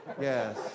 yes